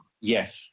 Yes